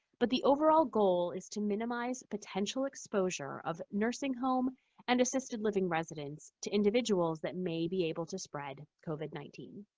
but the overall goal is to minimize potential exposure of nursing home and assisted living residents to individuals that may be able to spread covid nineteen.